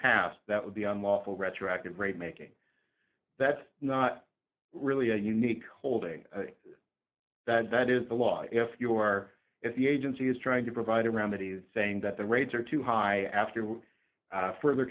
past that would be unlawful retroactive rate making that's not really a unique holding that that is the law if you are if the agency is trying to provide around that he's saying that the rates are too high after two further